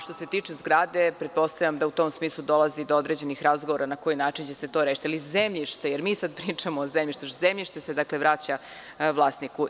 Što se tiče zgrade, pretpostavljam da u tom smislu dolazi do određenih razgovora na koji način će se to rešiti, ali zemljište, jer mi sada pričamo o zemljištu, zemljište se vraća vlasniku.